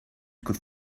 could